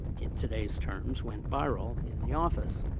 in today's terms, went viral in the office